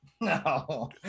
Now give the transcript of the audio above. No